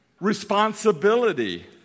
responsibility